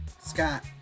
scott